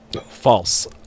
False